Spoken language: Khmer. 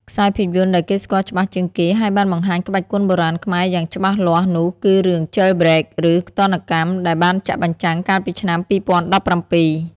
ខ្សែភាពយន្តដែលគេស្គាល់ច្បាស់ជាងគេ ហើយបានបង្ហាញក្បាច់គុនបុរាណខ្មែរយ៉ាងច្បាស់លាស់នោះគឺរឿង "Jailbreak" ឬ "ទណ្ឌកម្ម" ដែលបានចាក់បញ្ចាំងកាលពីឆ្នាំ២០១៧។